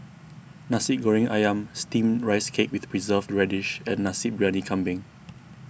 Nasi Goreng Ayam Steamed Rice Cake with Preserved Radish and Nasi Briyani Kambing